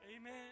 Amen